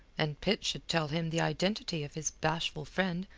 and pitt should tell him the identity of his bashful friend,